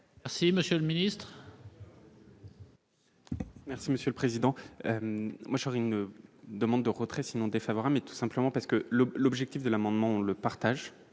Merci, monsieur le ministre,